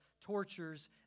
tortures